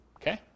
Okay